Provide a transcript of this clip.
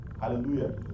hallelujah